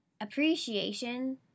appreciation